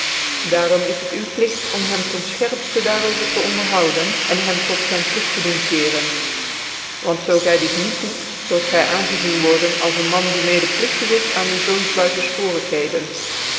daarom is het u plicht om hem ten fcherpften daar over te onderhouden en hem tot zyn plicht te doen keren want zoo py dit niet doet zult gv aangezien worden als een man die mcdepligtig is aan u zoons buitenfporigheden